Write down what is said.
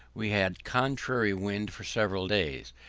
we had contrary wind for several days,